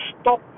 stop